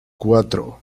cuatro